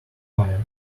fire